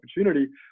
opportunity